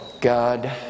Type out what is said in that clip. God